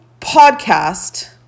podcast